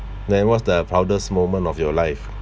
then what's the proudest moment of your life